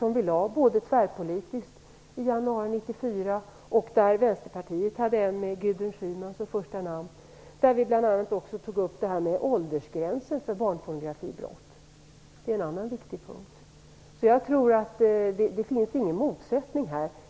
Det finns en tvärpolitisk motion från januari 1994 och en från Västerpartiet med Gudrun Schyman som första namn, där vi bl.a. tog upp detta med åldersgränser för barnpornografibrott som är en annan viktig punkt. Det finns alltså ingen motsättning här.